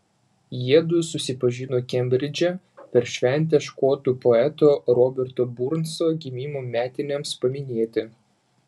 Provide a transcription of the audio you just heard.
jiedu susipažino kembridže per šventę škotų poeto roberto burnso gimimo metinėms paminėti